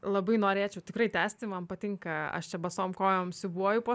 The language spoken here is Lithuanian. labai norėčiau tikrai tęsti man patinka aš čia basom kojom siūbuoju po